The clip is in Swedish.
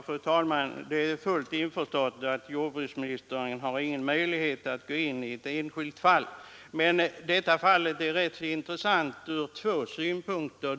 Fru talman! Jag är fullt införstådd med att jordbruksministern inte har någon möjlighet att diskutera ett enskilt fall. Det aktuella fallet är dock intressant ur två synpunkter.